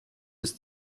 bis